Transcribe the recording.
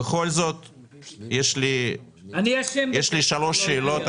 אני אשם בזה שלא --- בכל זאת יש לי שלוש שאלות.